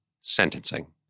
sentencing